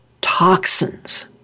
toxins